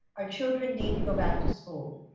our children need to go back to school.